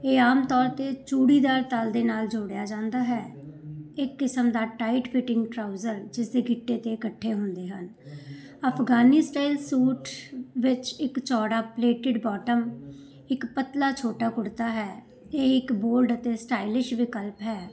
ਇਹ ਆਮ ਤੌਰ 'ਤੇ ਚੂੜੀਦਾਰ ਤਲ ਦੇ ਨਾਲ ਜੋੜਿਆ ਜਾਂਦਾ ਹੈ ਇੱਕ ਕਿਸਮ ਦਾ ਟਾਈਟ ਫਿਟਿੰਗ ਟਰਾਊਜਰ ਜਿਸਦੇ ਗਿੱਟੇ 'ਤੇ ਇਕੱਠੇ ਹੁੰਦੇ ਹਨ ਅਫਗਾਨੀ ਸਟਾਈਲ ਸੂਟ ਵਿੱਚ ਇੱਕ ਚੌੜਾ ਪਲੇਟਿਡ ਬੋਟਮ ਇੱਕ ਪਤਲਾ ਛੋਟਾ ਕੁੜਤਾ ਹੈ ਇਹ ਇੱਕ ਬੋਲਡ ਅਤੇ ਸਟਾਈਲਿਸ਼ ਵਿਕਲਪ ਹੈ